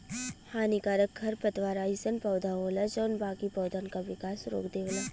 हानिकारक खरपतवार अइसन पौधा होला जौन बाकी पौधन क विकास रोक देवला